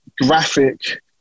Graphic